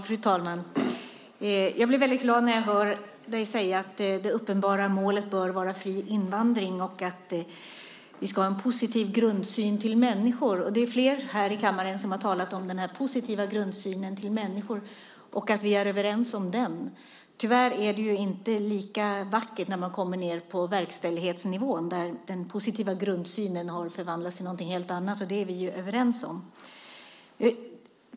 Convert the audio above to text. Fru talman! Jag blir väldigt glad när jag hör Fredrick Federley säga att det uppenbara målet bör vara fri invandring och att vi ska ha en positiv grundsyn på människor. Och det är flera här i kammaren som har talat om vikten av en den positiva grundsynen på människor och att vi är överens om den. Tyvärr är det inte lika vackert när man kommer ned på verkställighetsnivå där den positiva grundsynen har förvandlats till något helt annat. Det är vi överens om.